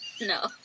No